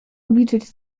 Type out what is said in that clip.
obliczyć